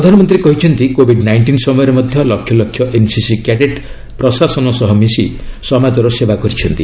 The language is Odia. ପ୍ରଧାନମନ୍ତ୍ରୀ କହିଛନ୍ତି କୋବିଡ୍ ନାଇଷ୍ଟିନ୍ ସମୟରେ ମଧ୍ୟ ଲକ୍ଷ ଲକ୍ଷ ଏନ୍ସିସି କ୍ୟାଡେଟ୍ ପ୍ରଶାସନ ସହ ମିଶି ସମାଜର ସେବା କରିଛନ୍ତି